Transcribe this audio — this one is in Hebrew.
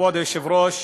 כבוד היושב-ראש,